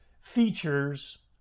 features